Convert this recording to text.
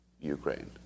Ukraine